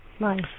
life